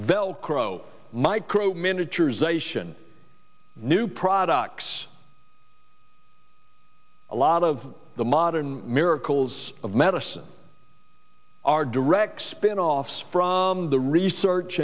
velcro micro miniatures ation new products a lot of the modern miracles of medicine are direct spinoffs from the research